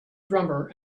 drummer